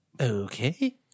Okay